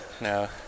No